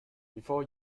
before